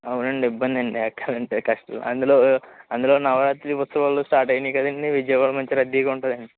అవునండి ఇబ్బంది అండి ఎక్కాలంటే కష్టం అందులో అందులోను నవరాత్రి ఉత్సవాలు స్టార్ట్ అయినాయి కదండీ విజయవాడ నుంచి రద్దీగా ఉంటుందండి